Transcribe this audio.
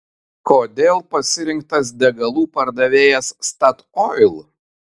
kodėl pasirinktas degalų pardavėjas statoil